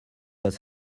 pas